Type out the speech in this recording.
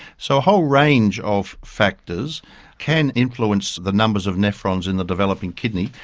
so a whole range of factors can influence the number of nephrons in the developing kidney,